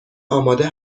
آماده